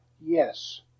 yes